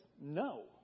no